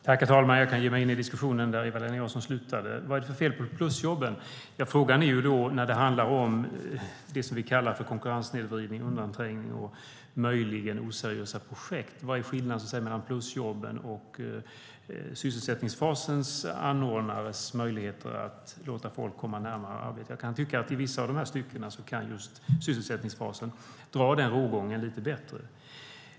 Herr talman! Jag kan ge mig in i diskussionen där Eva-Lena Jansson slutade - vad är det för fel på plusjobben? När det handlar om det vi kallar konkurrenssnedvridning, undanträngning och möjligen oseriösa projekt är frågan: Vad är skillnaden mellan plusjobben och sysselsättningsfasens anordnares möjligheter att låta folk komma närmare arbete? Jag kan tycka att sysselsättningsfasen i vissa av dessa stycken kan dra rågången lite bättre.